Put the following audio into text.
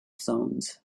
zones